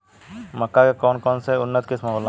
मक्का के कौन कौनसे उन्नत किस्म होला?